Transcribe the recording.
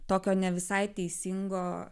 tokio ne visai teisingo